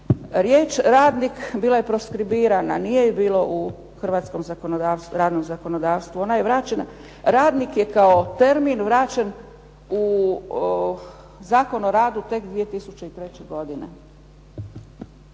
Riječ radnik bila je proskribirana, nije je bilo u hrvatskom radnom zakonodavstvu, ona je vraćena. Radnik je kao termin vraćen u Zakon o radu tek 2003. godine.